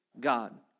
God